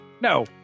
No